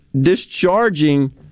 discharging